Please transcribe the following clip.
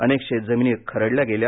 अनेक शेतजमिनी खरडल्या गेल्या